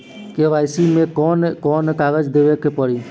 KYC मे कौन कौन कागज देवे के पड़ी?